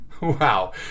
Wow